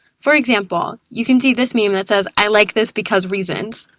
for example, you can see this meme that says i like this because reasons.